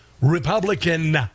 Republican